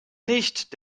nicht